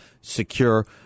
secure